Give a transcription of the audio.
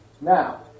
now